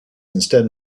instead